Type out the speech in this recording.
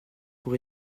pour